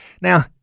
Now